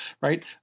right